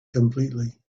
completely